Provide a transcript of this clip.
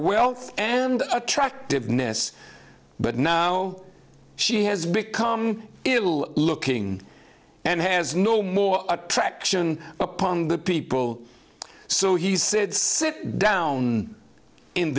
wealth and attractiveness but now she has become ill looking and has no more attraction upon the people so he said sit down in